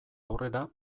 aurrera